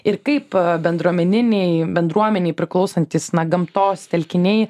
ir kaip bendruomeniniai bendruomenei priklausantys na gamtos telkiniai